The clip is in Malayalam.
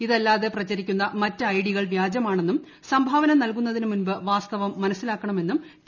ഇതല്ലാതെ പ്രചരിക്കുന്ന മറ്റ് ഐഡികൾ വ്യാജമാണെന്നും സംഭാവന നൽകുന്നതിന് മുൻപ് വാസ്തവം മനസ്സിലാക്കണമെന്നും പി